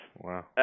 Wow